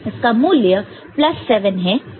इसका मूल्य प्लस 7 है जोकि सही नहीं हैं